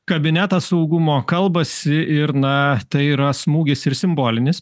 kabinetas saugumo kalbasi ir na tai yra smūgis ir simbolinis